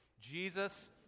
Jesus